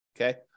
Okay